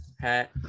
hat